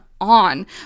on